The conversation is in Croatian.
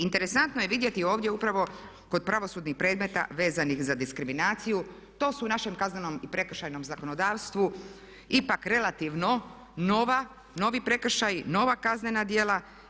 Interesantno je vidjeti ovdje upravo kod pravosudnih predmeta vezanih za diskriminaciju, to su u našem kaznenom i prekršajnom zakonodavstvu ipak relativno novi prekršaji, nova kaznena djela.